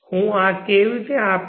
હું આ કેવી રીતે આપીશ